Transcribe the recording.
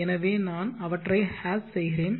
எனவே நான் அவற்றை ஹாஷ் செய்கிறேன்